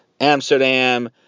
Amsterdam